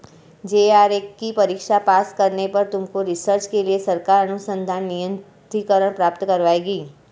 JRF की परीक्षा pass करने पर तुमको रिसर्च के लिए सरकार अनुसंधान निधिकरण प्राप्त करवाएगी